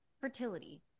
Fertility